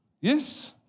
Yes